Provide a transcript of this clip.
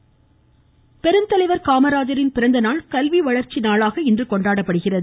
காமராஜர் பெருந்தலைவர் காமராஜரின் பிறந்தநாள் கல்வி வளர்ச்சி நாளாக இன்று கொண்டாடப்படுகிறது